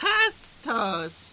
Pastos